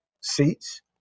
seats